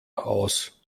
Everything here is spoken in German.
aus